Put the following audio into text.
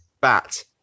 bat